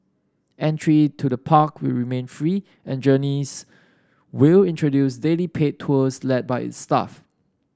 entry to the park will remain free and journeys will introduce daily paid tours led by its staff